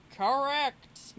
Correct